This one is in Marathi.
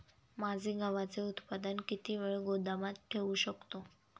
माझे गव्हाचे उत्पादन किती वेळ गोदामात ठेवू शकतो?